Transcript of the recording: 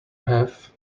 have